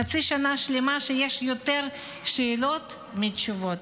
חצי שנה שיש שיותר שאלות מתשובות.